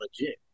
legit